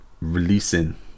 releasing